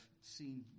seen